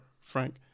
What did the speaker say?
Frank